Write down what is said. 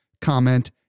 comment